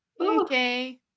Okay